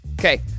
Okay